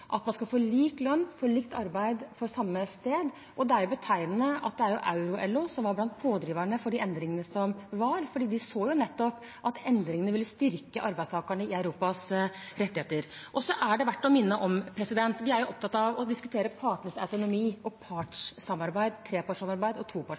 at man skal få lik lønn for likt arbeid samme sted. Det er jo betegnende at det er Euro-LO som var blant pådriverne for de endringene som var, fordi de nettopp så at endringene ville styrke arbeidstakerne i Europas rettigheter. Så er det verdt å minne om at vi jo er opptatt av å diskutere partenes autonomi og